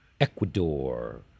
Ecuador